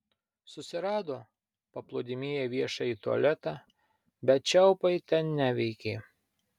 susirado paplūdimyje viešąjį tualetą bet čiaupai ten neveikė